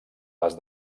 les